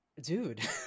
dude